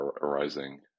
arising